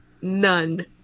none